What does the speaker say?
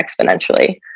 exponentially